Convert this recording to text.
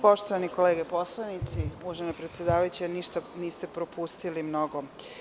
Poštovane kolege poslanici, uvažena predsedavajuća, ništa niste propustili mnogo.